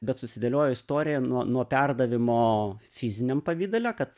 bet susidėliojo istorija nuo nuo perdavimo fiziniam pavidale kad